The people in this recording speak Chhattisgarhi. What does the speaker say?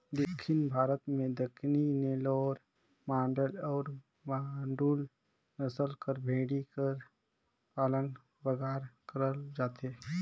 दक्खिन भारत में दक्कनी, नेल्लौर, मांडय अउ बांडुल नसल कर भेंड़ी कर पालन बगरा करल जाथे